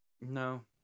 no